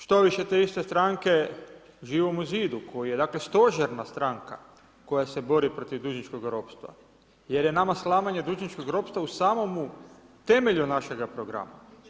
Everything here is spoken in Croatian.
Štoviše, te iste stranke Živome zidu, koja je dakle stožerna stranka koja se bori protiv dužničkog ropstva, jer je nama slamanje dužničkog ropstva u samomu temelju našega programa.